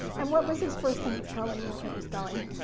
and what was his first thing? he's calling me up and he's going,